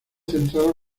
central